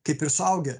kaip ir suaugę